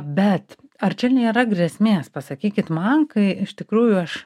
bet ar čia nėra grėsmės pasakykit man kai iš tikrųjų aš